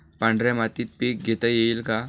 पांढऱ्या मातीत पीक घेता येईल का?